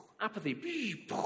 Apathy